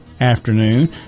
afternoon